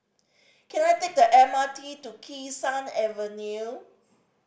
can I take the M R T to Kee Sun Avenue